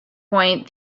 point